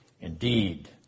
Indeed